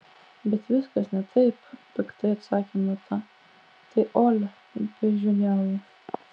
bet viskas ne taip piktai atsakė nata tai olia beždžioniauja